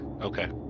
Okay